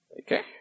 Okay